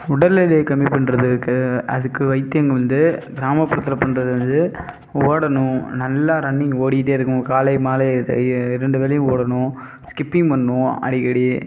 உடல் எடையை கம்மி பண்ணுறதுக்கு அதுக்கு வைத்தியங்கள் வந்து கிராமப்புறத்தில் பண்ணுறது வந்து ஓடணும் நல்லா ரன்னிங் ஓடிக்கிட்டே இருக்கணும் காலை மாலை இரண்டு வேளையும் ஓடணும் ஸ்கிப்பிங் பண்ணணும் அடிக்கடி